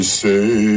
say